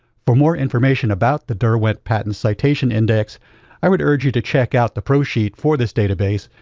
for more information about the derwent patents citation index i would urge you to check out the pro sheet for this database,